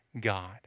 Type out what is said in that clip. God